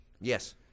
Yes